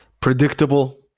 predictable